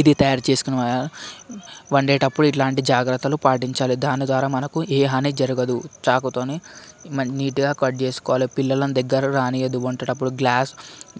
ఇది తయారుచేసుకొని వండేటప్పుడు ఇట్లాంటి జాగ్రత్తలు పాటించాలి దాని ద్వారా మనకు ఏ హాని జరగదు చాకు తోని నీటుగా కట్ చేసుకోవాలి పిల్లలను దగ్గరకు రానీయవద్దు వండేటప్పుడు గ్యాస్